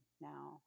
now